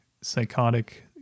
psychotic